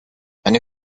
eine